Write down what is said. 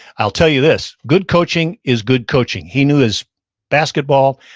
i'll tell you this. good coaching is good coaching. he knew his basketball,